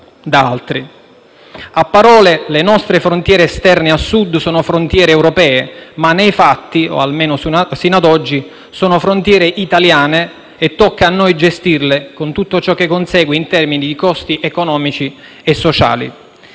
A parole, le nostre frontiere esterne a Sud sono frontiere europee, ma nei fatti, o almeno fino ad oggi, sono frontiere italiane e tocca a noi gestirle, con tutto ciò che consegue in termini di costi economici e sociali.